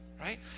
right